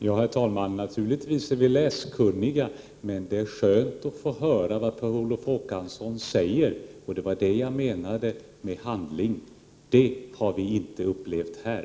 Herr talman! Ja, naturligtvis är vi läskunniga, men det är skönt att få höra vad Per Olof Håkansson säger, och det var det jag menade med handling. Det har vi inte upplevt här!